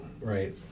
right